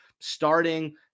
starting